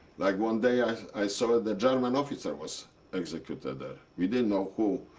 like one day, i i saw the german officer was executed there. we didn't know who.